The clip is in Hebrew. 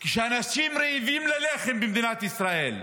כשאנשים רעבים ללחם במדינת ישראל.